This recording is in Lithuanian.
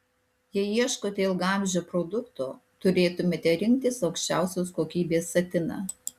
jei ieškote ilgaamžio produkto turėtumėte rinktis aukščiausios kokybės satiną